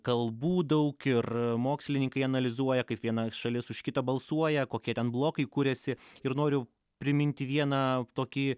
kalbų daug ir mokslininkai analizuoja kaip viena šalis už kitą balsuoja kokie ten blokai kuriasi ir noriu priminti vieną tokį